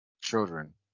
children